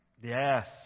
Yes